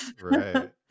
Right